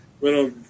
little